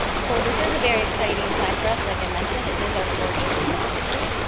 so this is a very exciting time for us, like i mentioned it is our fortieth anniversary.